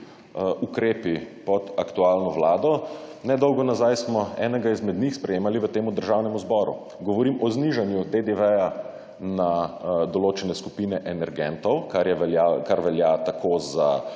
ukrepi pod aktualno vlado. Nedolgo nazaj smo enega izmed njih sprejemali v tem Državnem zboru. Govorim o znižanju DDV-ja na določene skupine energentov, kar velja tako za